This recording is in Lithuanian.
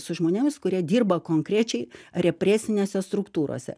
su žmonėmis kurie dirba konkrečiai represinėse struktūrose